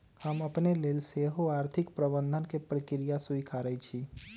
हम अपने लेल सेहो आर्थिक प्रबंधन के प्रक्रिया स्वीकारइ छी